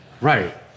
Right